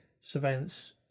surveillance